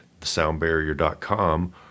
thesoundbarrier.com